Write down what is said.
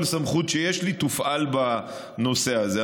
כל סמכות שיש לי תופעל בנושא הזה.